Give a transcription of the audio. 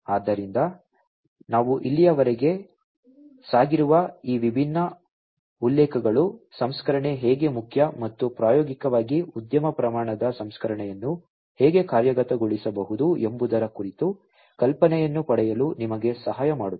ಆದ್ದರಿಂದ ನಾವು ಇಲ್ಲಿಯವರೆಗೆ ಸಾಗಿರುವ ಈ ವಿಭಿನ್ನ ಉಲ್ಲೇಖಗಳು ಸಂಸ್ಕರಣೆ ಹೇಗೆ ಮುಖ್ಯ ಮತ್ತು ಪ್ರಾಯೋಗಿಕವಾಗಿ ಉದ್ಯಮ ಪ್ರಮಾಣದ ಸಂಸ್ಕರಣೆಯನ್ನು ಹೇಗೆ ಕಾರ್ಯಗತಗೊಳಿಸಬಹುದು ಎಂಬುದರ ಕುರಿತು ಕಲ್ಪನೆಯನ್ನು ಪಡೆಯಲು ನಿಮಗೆ ಸಹಾಯ ಮಾಡುತ್ತದೆ